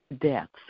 deaths